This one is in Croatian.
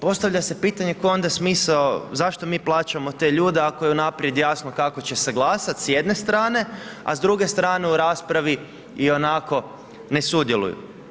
Postavlja se pitanje koji je onda smisao, zašto mi plaćamo te ljude ako je unaprijed jasno kako će se glasati s jedne strane, a s druge strane u raspravi ionako ne sudjeluju?